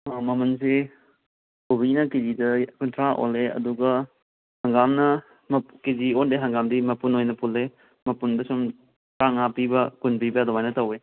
ꯃꯃꯜꯁꯤ ꯀꯣꯕꯤꯅ ꯀꯦꯖꯤꯗ ꯀꯨꯟꯊ꯭ꯔꯥ ꯑꯣꯜꯂꯦ ꯑꯗꯨꯒ ꯍꯪꯒꯥꯝꯅ ꯀꯦꯖꯤ ꯑꯣꯟꯗꯦ ꯍꯪꯒꯥꯝꯗꯤ ꯃꯄꯨꯟ ꯑꯣꯏꯅ ꯄꯨꯜꯂꯦ ꯃꯄꯨꯟꯗ ꯁꯨꯝ ꯇꯔꯥꯃꯉꯥ ꯄꯤꯕ ꯀꯨꯟ ꯄꯤꯕ ꯑꯗꯨꯃꯥꯏꯅ ꯇꯧꯋꯦ